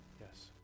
Yes